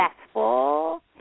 successful